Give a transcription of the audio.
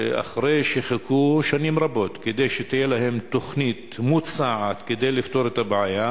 ואחרי שחיכו שנים רבות כדי שתהיה להם תוכנית מוצעת כדי לפתור את הבעיה,